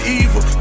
evil